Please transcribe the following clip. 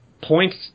points